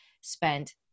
spent